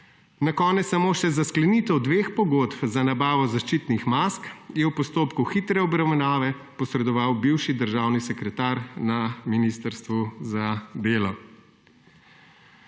Za konec samo še: za sklenitev dveh pogodb za nabavo zaščitnih mask je v postopku hitre obravnave posredoval bivši državni sekretar na ministrstvu za delo.